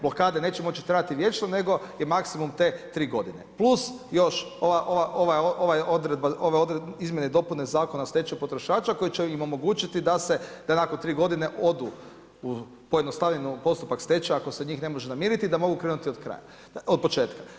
Blokade neće moći trajati vječno, nego je maksimum te 3 godine plus još ova odredbe, ove izmjene i dopune Zakona o stečaju potrošača koje će im omogućiti da se, da nakon 3 godine odu pojednostavljeno u postupak stečaja, ako se njih ne može namiriti, da mogu krenuti od kraja, od početka.